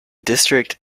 district